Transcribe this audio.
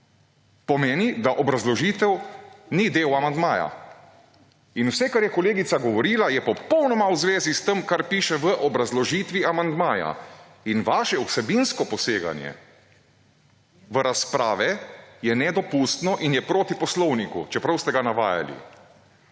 pomeni, da obrazložitev ni del amandmaja. In vse, kar je kolegica govorila, je popolnoma v zvezi s tem, kar piše v obrazložitvi amandmaja. In vaše vsebinsko poseganje v razprave je nedopustno in je proti Poslovniku, čeprav ste ga navajali.